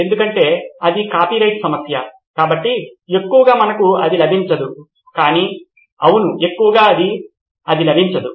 ఎందుకంటే ఇది కాపీరైట్ సమస్య కాబట్టి ఎక్కువగా మనకు అది లభించదు కానీ అవును ఎక్కువగా మనకు అది లభించదు